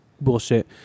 bullshit